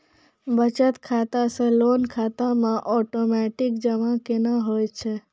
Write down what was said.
बचत खाता से लोन खाता मे ओटोमेटिक जमा केना होय छै?